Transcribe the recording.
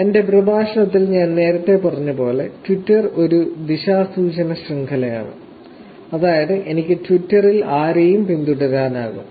എന്റെ പ്രഭാഷണത്തിൽ ഞാൻ നേരത്തെ പറഞ്ഞതുപോലെ ട്വിറ്റർ ഒരു ദിശാസൂചന ശൃംഖലയാണ് അതായത് എനിക്ക് ട്വിറ്ററിൽ ആരെയും പിന്തുടരാനാകും